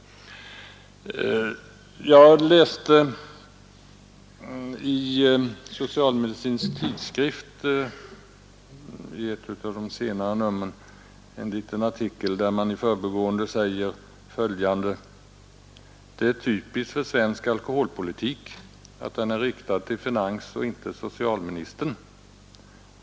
Häromdagen läste jag i Social-Medicinsk Tidskrift, ett av de senare numren, en liten artikel, där man i förbigående säger följande: ”Det är förresten typiskt för svensk alkoholpolitik att den är riktad till finansoch inte socialministern.